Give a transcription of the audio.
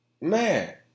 man